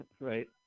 Right